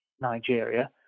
Nigeria